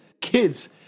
Kids